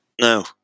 No